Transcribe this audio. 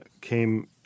came